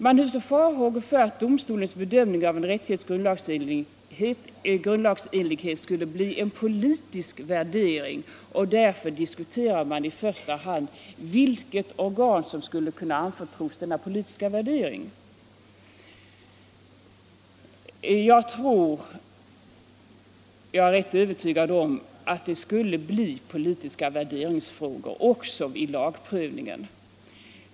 Man hyser farhågor för att domstolens bedömning av en rättighets grundlagsenlighet skulle bli en politisk värdering, och därför diskuterar man i första hand vilket organ som skulle kunna anförtros denna politiska värdering. Jag är också rätt övertygad om att det skulle bli politiska värderingsfrågor vid lagprövningen.